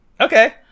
Okay